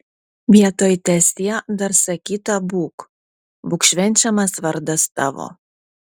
vietoj teesie dar sakyta būk būk švenčiamas vardas tavo